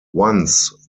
once